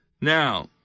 Now